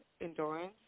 endurance